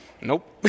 Nope